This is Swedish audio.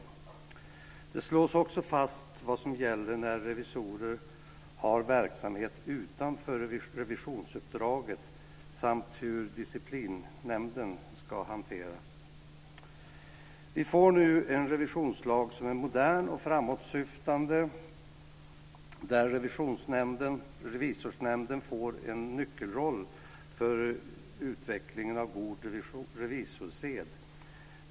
Det slås också fast vad som gäller när revisorer har verksamhet utanför revisionsuppdraget samt hur disciplinärenden ska hanteras. Vi får nu en revisionslag som är modern och framåtsyftande, där Revisorsnämnden får en nyckelroll när det gäller utvecklingen av god revisorssed.